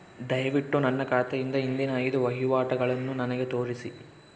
ದಯವಿಟ್ಟು ನನ್ನ ಖಾತೆಯಿಂದ ಹಿಂದಿನ ಐದು ವಹಿವಾಟುಗಳನ್ನು ನನಗೆ ತೋರಿಸಿ